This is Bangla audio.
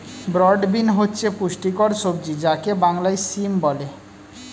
ব্রড বিন হচ্ছে পুষ্টিকর সবজি যাকে বাংলায় সিম বলে